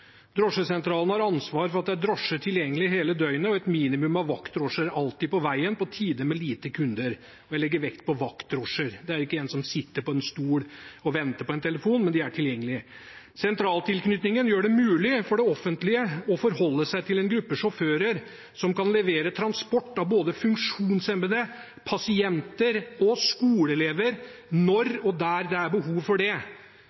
Drosjesentralene har ansvar for at det er drosje tilgjengelig hele døgnet og et minimum av vaktdrosjer alltid på veien på tider med lite kunder. Jeg legger vekt på «vaktdrosjer». Det er ikke en som sitter på en stol og venter på en telefon, men de er tilgjengelige. Sentraltilknytningen gjør det mulig for det offentlige å forholde seg til en gruppe sjåfører som kan levere transport av både funksjonshemmede, pasienter og skoleelever når og der det er behov for det.